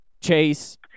Chase